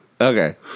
Okay